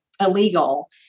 illegal